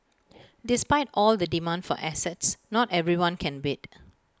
despite all the demand for assets not everyone can bid